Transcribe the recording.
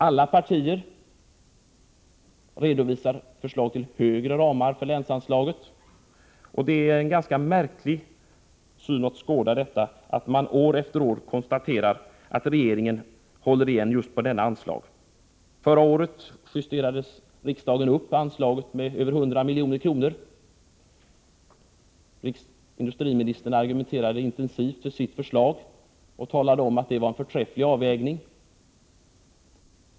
Alla partier redovisar förslag till högre ramar för länsanslaget. Det är en ganska märklig syn att skåda. År efter år kan man konstatera att regeringen håller igen just på detta anslag. Förra året justerade riksdagen upp anslaget med över 100 milj.kr. Industriministern argumenterade intensivt för sitt förslag och talade om att det utgjorde en förträfflig avvägning.